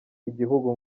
igihugu